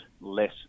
less